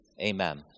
amen